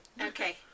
Okay